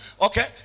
Okay